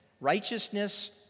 righteousness